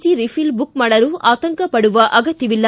G refill book ಮಾಡಲು ಆತಂಕಪಡುವ ಅಗತ್ತವಿಲ್ಲ